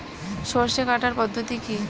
সরষে কাটার পদ্ধতি কি?